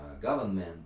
government